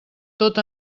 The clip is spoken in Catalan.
tot